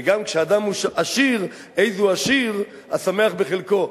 וגם כשאדם הוא עשיר, איזהו עשיר, השמח בחלקו,